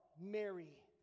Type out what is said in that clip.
Mary